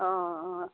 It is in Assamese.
অ' অ'